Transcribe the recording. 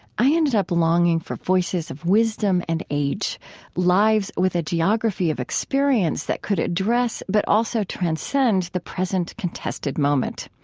i ended up longing for voices of wisdom and age lives with a geography of experience that could address but also transcend the present, contested moment.